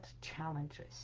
challenges